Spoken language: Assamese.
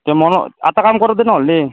তে এটা কাম কৰোঁ দে নহ'লে